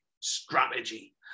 strategy